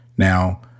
Now